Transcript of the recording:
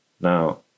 Now